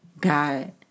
God